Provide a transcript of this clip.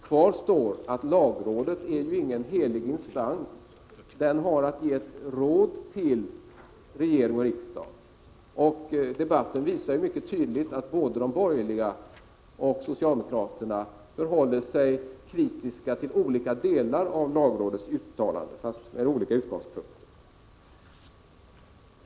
Kvar står att lagrådet inte är någon helig instans. Det har att ge råd till regering och riksdag, och debatten visar ju mycket tydligt att både de borgerliga och socialdemokraterna förhåller sig kritiska till olika delar av lagrådets uttalande, fast från olika utgångspunkter.